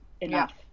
enough